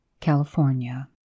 California